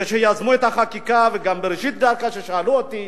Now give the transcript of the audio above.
כשיזמו את החקיקה, וגם בראשית הדרך, כששאלו אותי,